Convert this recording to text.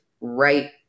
right